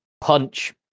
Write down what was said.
punch